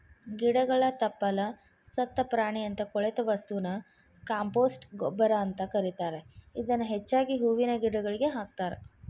ಗಿಡಗಳ ತಪ್ಪಲ, ಸತ್ತ ಪ್ರಾಣಿಯಂತ ಕೊಳೆತ ವಸ್ತುನ ಕಾಂಪೋಸ್ಟ್ ಗೊಬ್ಬರ ಅಂತ ಕರೇತಾರ, ಇದನ್ನ ಹೆಚ್ಚಾಗಿ ಹೂವಿನ ಗಿಡಗಳಿಗೆ ಹಾಕ್ತಾರ